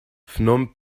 phnom